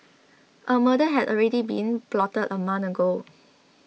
a murder had already been plotted a month ago